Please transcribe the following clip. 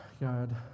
God